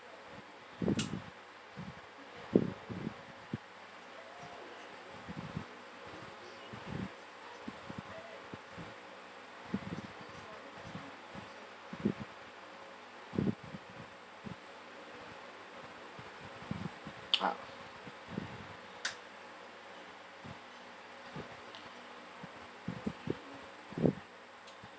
ah